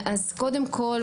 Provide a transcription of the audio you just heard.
קודם כל,